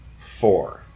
four